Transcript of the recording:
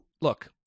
look